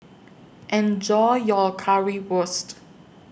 Enjoy your Currywurst